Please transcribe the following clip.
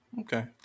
Okay